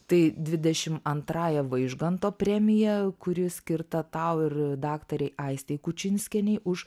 tai dvidešim antrąja vaižganto premija kuri skirta tau ir daktarei aistei kučinskienei už